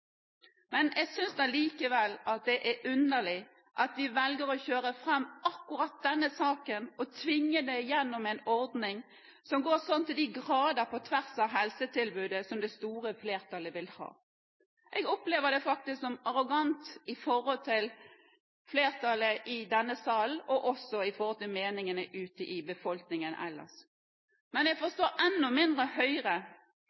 men jeg synes allikevel at det er underlig at de velger å kjøre fram akkurat denne saken – å tvinge igjennom en ordning som går så til de grader på tvers av helsetilbudet som det store flertallet vil ha. Jeg opplever det faktisk som arrogant overfor flertallet i denne salen og også overfor befolkningen ellers og meningene